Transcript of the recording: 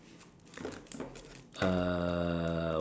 uh